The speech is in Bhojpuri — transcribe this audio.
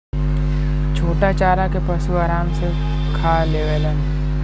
छोटा चारा के पशु आराम से खा लेवलन